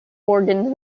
organs